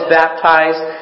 baptized